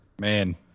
Man